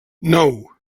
nou